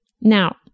Now